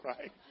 right